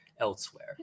elsewhere